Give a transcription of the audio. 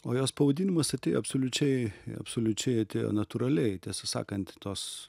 o jos pavadinimas atėjo absoliučiai absoliučiai atėjo natūraliai tiesą sakant tos